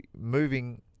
moving